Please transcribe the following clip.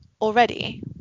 already